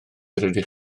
rydych